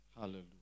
Hallelujah